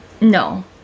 No